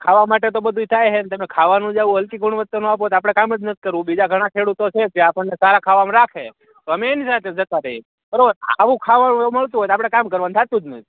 ખાવા માટે તો બધુય થાય ને તમે ખાવનું જ આવું હલકી ગુણવતાનું આપો તો આપડે કામ જ નથ કરવું બીજા ઘણા ખેડૂતો છે જે આપણને સારા ખાવામાં રાખે તો અમે એની સાથે જતા રહીએ તો આવું ખાવાનું થતો હોય તો આપડે કામકરવાનું થાતું જ નથી